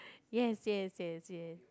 yes yes yes yes